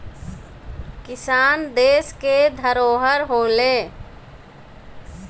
किसान देस के धरोहर होलें